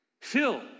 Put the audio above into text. Phil